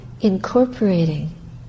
incorporating